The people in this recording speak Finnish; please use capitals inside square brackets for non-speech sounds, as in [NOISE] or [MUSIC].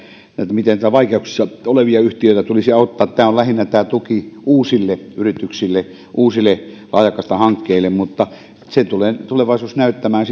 miten näitä vaikeuksissa olevia yhtiöitä tulisi auttaa tämä tuki on lähinnä uusille yrityksille uusille laajakaistahankkeille mutta sen tulee tulevaisuus näyttämään [UNINTELLIGIBLE]